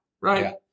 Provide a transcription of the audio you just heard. right